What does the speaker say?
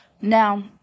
Now